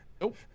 Nope